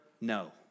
no